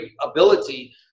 ability